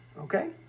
okay